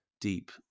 deep